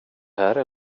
här